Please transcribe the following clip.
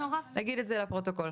נגיד את זה לפרוטוקול.